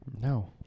No